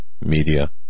Media